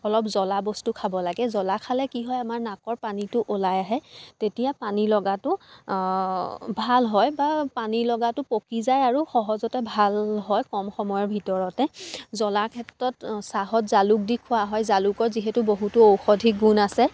অলপ জ্বলা বস্তু খাব লাগে জ্বলা খালে কি হয় আমাৰ নাকৰ পানীটো ওলাই আহে তেতিয়া পানী লগাটো ভাল হয় বা পানী লগাটো পকি যায় আৰু সহজতে ভাল হয় কম সময়ৰ ভিতৰতে জলা ক্ষেত্ৰত চাহত জালুক দি খোৱা হয় জালুকত যিহেতু বহুতো ঔষধিক গুণ আছে